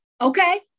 Okay